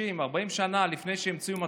לפני 30, 40 שנה, לפני שהמציאו מדפסות,